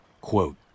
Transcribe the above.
quote